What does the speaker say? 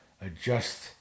adjust